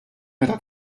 meta